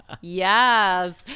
yes